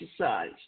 exercise